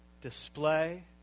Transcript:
display